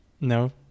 No